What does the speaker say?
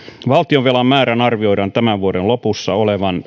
valtionvelan määrän arvioidaan tämän vuoden lopussa olevan